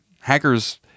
hackers